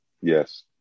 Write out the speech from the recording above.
Yes